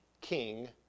King